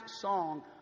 song